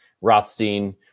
Rothstein